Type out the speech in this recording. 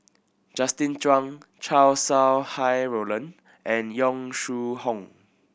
Justin Zhuang Chow Sau Hai Roland and Yong Shu Hoong